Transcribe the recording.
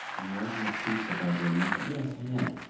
i'm writing a piece about your mother. yes i know.